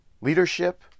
Leadership